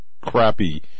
crappy